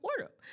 water